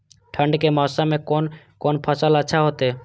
ठंड के मौसम में कोन कोन फसल अच्छा होते?